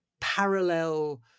parallel